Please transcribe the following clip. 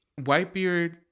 Whitebeard